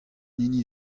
hini